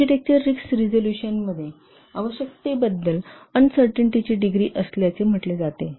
architecture risk रिजिलुशनमध्ये आवश्यकतेबद्दल अनसर्टन्टीटीची डिग्री असल्याचे म्हटले आहे